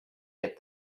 get